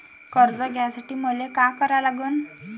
कर्ज घ्यासाठी मले का करा लागन?